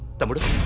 somebody